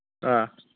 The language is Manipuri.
ꯑꯥ